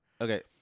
Okay